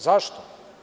Zašto?